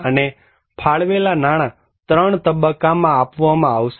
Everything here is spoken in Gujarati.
અને ફાળવેલ નાણાં 3 તબક્કામાં આપવામાં આવશે